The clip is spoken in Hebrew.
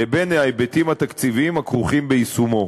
לבין ההיבטים התקציביים הכרוכים ביישומו.